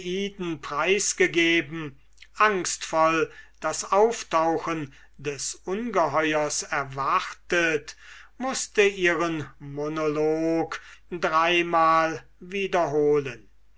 gegeben angstvoll das auftauchen des ungeheuers erwartet mußte ihren monolog dreimal wiederholen